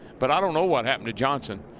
but i don't know what happened to johnson,